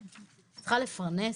את צריכה לפרנס,